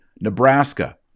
Nebraska